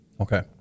Okay